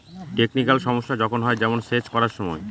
technical সমস্যা যখন হয়, যেমন সেচ করার সময়